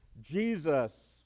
Jesus